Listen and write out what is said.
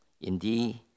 Indeed